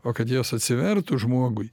o kad jos atsivertų žmogui